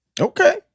Okay